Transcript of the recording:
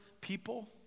people